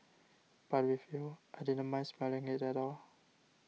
but with you I didn't mind smelling it at all